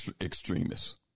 extremists